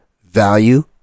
value